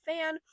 fan